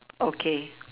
okay